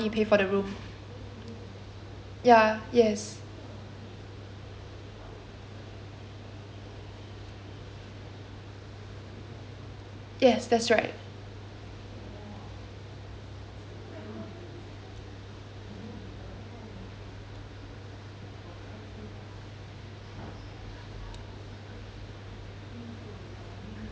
ya yes yes that's right